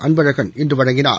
அன்பழகன் இன்று வழங்கினார்